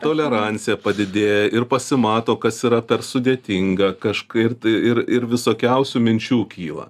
tolerancija padidėja ir pasimato kas yra per sudėtinga kažkur tai ir ir visokiausių minčių kyla